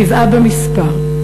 שבעה במספר,